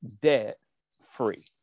debt-free